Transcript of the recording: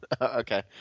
Okay